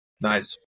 Nice